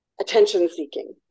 attention-seeking